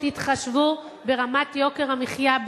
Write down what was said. תתחשבו ברמת יוקר המחיה,